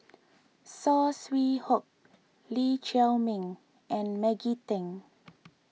Saw Swee Hock Lee Chiaw Meng and Maggie Teng